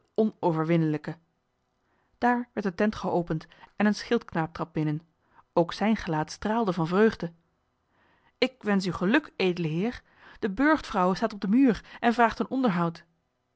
onoverwinnelijke daar werd de tent geopend en een schildknaap trad binnen ook zijn gelaat straalde van vreugde ik wensch u geluk edele heer de burchtvrouwe staat op den muur en vraagt een onderhoud